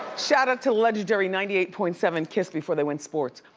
shout out to legendary ninety eight point seven kiss before they went sports.